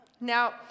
Now